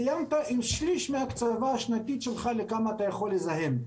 סיימת עם שליש מההקצבה השנתית שלך לכמה אתה יכול לזהם.